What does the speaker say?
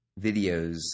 videos